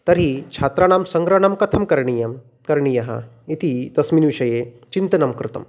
तर्हि छात्राणां सङ्ग्रहणं कथं करणीयं करणीयम् इति तस्मिन् विषये चिन्तनं कृतं